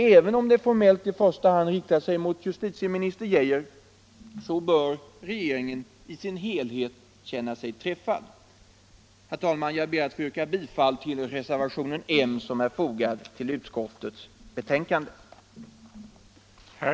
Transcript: Även om det formellt i första hand riktar sig mot justi tieminister Geijer, så bör regeringen i sin helhet känna sig träffad. Herr talman! Jag ber att få yrka bifall till reservationen M som är